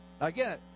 Again